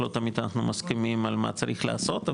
לא תמיד אנחנו מסכימים על מה צריך לעשות,